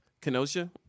Kenosha